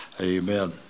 amen